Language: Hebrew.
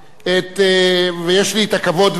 יש לי הכבוד והעונג